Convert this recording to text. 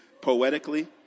poetically